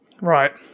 Right